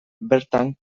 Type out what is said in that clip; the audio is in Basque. bertan